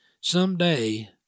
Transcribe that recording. someday